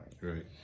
Right